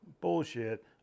Bullshit